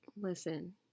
Listen